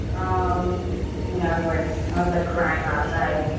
um mean, i was like i was like crying last night.